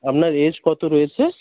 আপনার এজ কত রয়েছে